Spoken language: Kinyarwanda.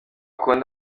kundi